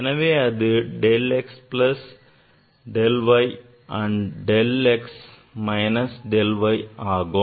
எனவே அது del x plus del y and del x minus del y ஆகும்